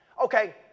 Okay